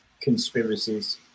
conspiracies